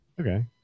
Okay